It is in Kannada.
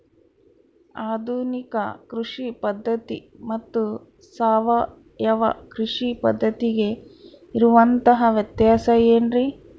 ಆಧುನಿಕ ಕೃಷಿ ಪದ್ಧತಿ ಮತ್ತು ಸಾವಯವ ಕೃಷಿ ಪದ್ಧತಿಗೆ ಇರುವಂತಂಹ ವ್ಯತ್ಯಾಸ ಏನ್ರಿ?